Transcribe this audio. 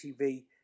TV